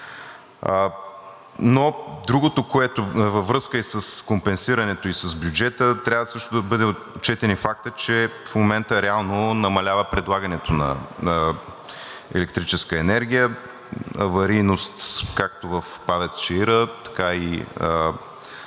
на търсенето. Във връзка и с компенсирането, и с бюджета трябва също да бъде отчетен фактът, че в момента реално намалява предлагането на електрическа енергия – аварийност както в ПАВЕЦ „Чаира“, така и във